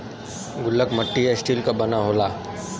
गुल्लक मट्टी या स्टील क बना होला